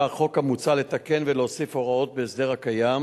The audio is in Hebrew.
בא החוק המוצע לתקן ולהוסיף הוראות בהסדר הקיים,